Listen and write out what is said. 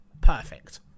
Perfect